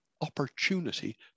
opportunity